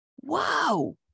Wow